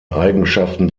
eigenschaften